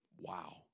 Wow